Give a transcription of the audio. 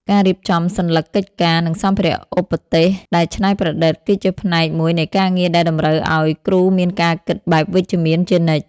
ការរៀបចំសន្លឹកកិច្ចការ និងសម្ភារៈឧបទេសដែលច្នៃប្រឌិត គឺជាផ្នែកមួយនៃការងារដែលតម្រូវឱ្យគ្រូមានការគិតបែបវិជ្ជមានជានិច្ច។